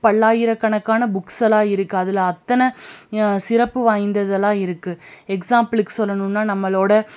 பல்லாயிரக்கணக்கான புக்ஸ் எல்லாம் இருக்குது அதில் அத்தனை சிறப்பு வாய்ந்ததுலான் இருக்குது எக்ஸ்சாம்பிளுக்கு சொல்லணுன்னா நம்மளோடய